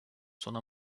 sona